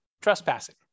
trespassing